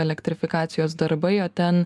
elektrifikacijos darbai o ten